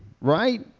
right